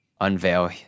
unveil